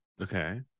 Okay